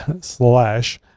slash